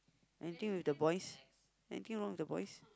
anything with the boys anything wrong with the boys